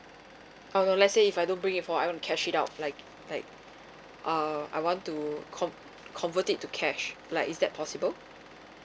ah let's say if I don't bring it forward I want to cash it out like like uh I want to con~ convert it to cash like is that possible